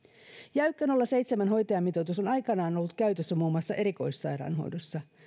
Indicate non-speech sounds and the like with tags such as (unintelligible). jäykkä nolla pilkku seitsemän hoitajamitoitus on aikanaan (unintelligible) ollut käytössä muun muassa erikoissairaanhoidossa